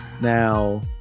Now